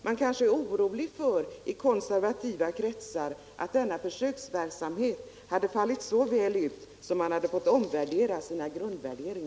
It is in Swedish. Man är kanske i konservativa kretsar orolig för att denna försöksverksamhet skulle ha fallit så väl ut att man hade fått omvärdera sin grundinställning.